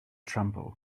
tremble